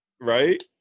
right